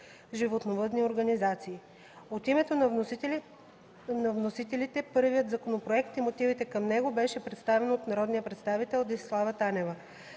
животновъдни организации. От името на вносителите първият законопроект и мотивите към него беше представен от народния представител Десислава Танева.